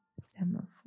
semaphore